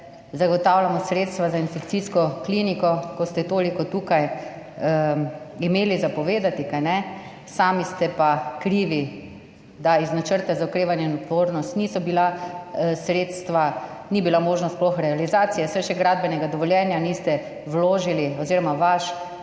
zagotavljamo sredstva za infekcijsko kliniko. Ko ste toliko tukaj imeli povedati, kajne, sami ste pa krivi, da iz Načrta za okrevanje in odpornost ni bila sploh možna realizacija, saj še gradbenega dovoljenja niste vložili oziroma vaš